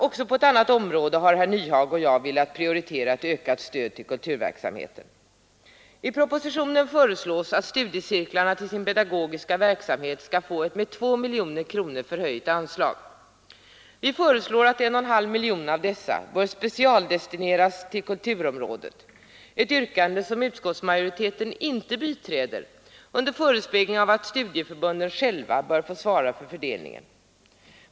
Också på ett annat område har herr Nyhage och jag velat prioritera ett ökat stöd till kulturverksamheten. I propositionen föreslås att studiecirklarna till sin pedagogiska verksamhet skall få ett med 2 miljoner kronor förhöjt anslag. Vi föreslår att 1,5 miljoner härav skall specialdestineras till kulturområdet — ett yrkande som utskottsmajoriteten inte biträder under förespegling av att studieförbunden själva bör få svara för fördelningen.